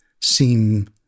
seem